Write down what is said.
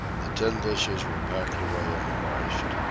the tin dishes were packed away unwashed.